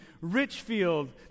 Richfield